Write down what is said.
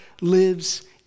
lives